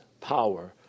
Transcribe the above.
power